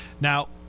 Now